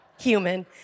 human